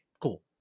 Cool